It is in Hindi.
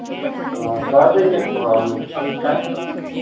हाँ कर देंगे इसको हम ठीक है